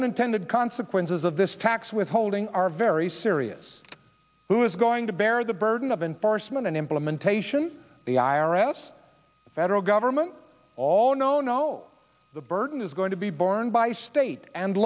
unintended consequences of this tax withholding are very serious who is going to bear the burden of enforcement and implementation the i r s the federal government all no no the burden is going to be borne by state and